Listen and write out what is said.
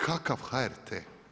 Kakav HRT?